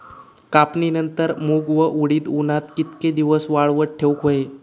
कापणीनंतर मूग व उडीद उन्हात कितके दिवस वाळवत ठेवूक व्हये?